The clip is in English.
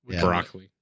broccoli